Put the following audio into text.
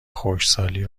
خشکسالی